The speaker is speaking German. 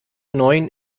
neun